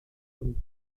und